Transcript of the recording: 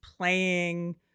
Playing